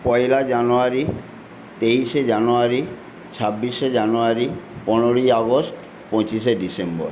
পয়লা জানুয়ারি তেইশে জানুয়ারি ছাব্বিশে জানুয়ারি পনেরোই আগস্ট পঁচিশে ডিসেম্বর